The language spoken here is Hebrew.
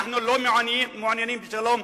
אנחנו לא מעוניינים בשלום,